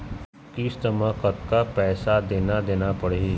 किस्त म कतका पैसा देना देना पड़ही?